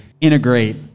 integrate